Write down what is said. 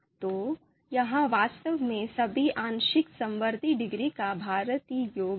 तो यह वास्तव में सभी आंशिक समवर्ती डिग्री का भारित योग है